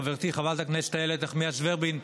חברתי חברת הכנסת איילת נחמיאס ורבין,